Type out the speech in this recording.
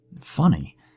Funny